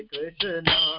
Krishna